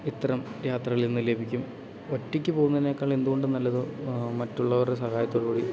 ഇത്തരം യാത്രകളിൽ നിന്ന് ലഭിക്കും ഒറ്റയ്ക്ക് പോകുന്നതിനേക്കാൾ എന്തുകൊണ്ടും നല്ലത് മറ്റുള്ളവരുടെ സഹായത്തോട് കൂടി